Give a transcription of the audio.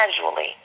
casually